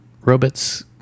robots